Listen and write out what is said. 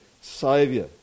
saviour